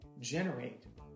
generate